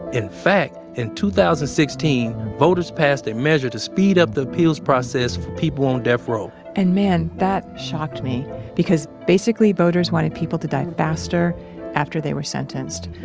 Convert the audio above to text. in fact, in two thousand and sixteen voters passed a measure to speed up the appeals process for people on death row and man, that shocked me because, basically, voters wanted people to die faster after they were sentenced.